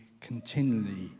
continually